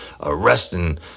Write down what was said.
Arresting